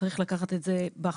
צריך לקחת את זה בחשבון.